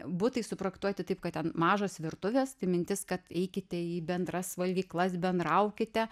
butai suprojektuoti taip kad ten mažos virtuvės mintis kad eikite į bendras valgyklas bendraukite